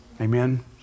Amen